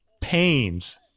pains